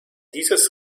dieses